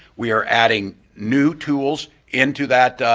we are adding new tools into that,